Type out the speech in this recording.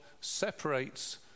separates